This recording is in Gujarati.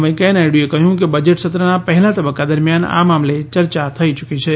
વેંકૈયા નાયડુએ કહ્યું કે બજેટ સત્રના પહેલા તબક્કા દરમિયાન આ મામલે ચર્ચા થઈ ચ્રકી છે